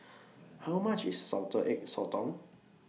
How much IS Salted Egg Sotong